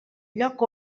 lloc